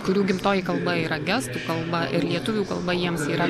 kurių gimtoji kalba yra gestų kalba ir lietuvių kalba jiems yra